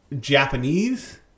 Japanese